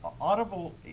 Audible